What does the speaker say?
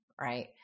right